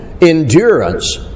endurance